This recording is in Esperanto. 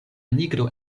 nigro